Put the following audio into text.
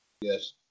yes